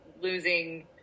losing